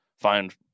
find